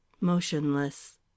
motionless